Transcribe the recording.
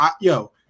Yo